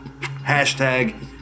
hashtag